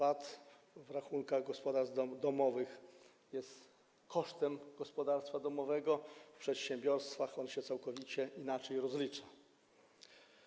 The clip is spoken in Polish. VAT w rachunkach gospodarstw domowych jest kosztem gospodarstwa domowego, w przedsiębiorstwach on jest całkowicie inaczej rozliczany.